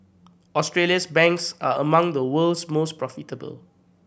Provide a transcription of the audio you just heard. Australia's banks are among the world's most profitable